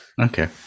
okay